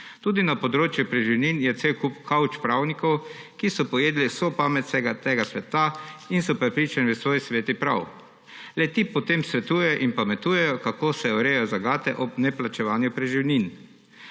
Tudi na področju preživnin je cel kup kavč-pravnikov, ki so pojedli vso pamet tega sveta in so prepričani v svoj sveti prav. Le-ti potem svetujejo in pametujejo, kako se urejajo zagate ob neplačevanju preživnin.